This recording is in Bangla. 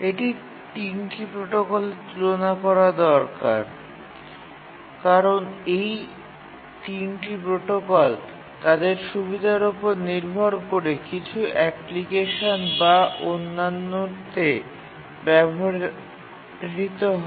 এই ৩টি প্রোটোকলের মধ্যে তুলনা করা দরকার কারণ এই ৩ টি প্রোটোকল তাদের সুবিধার উপর নির্ভর করে কিছু অ্যাপ্লিকেশনে ব্যবহৃত হয়